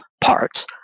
parts